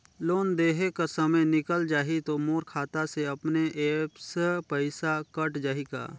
Loan देहे कर समय निकल जाही तो मोर खाता से अपने एप्प पइसा कट जाही का?